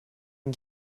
and